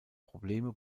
probleme